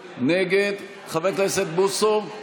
נגד, חבר הכנסת בוסו נגד,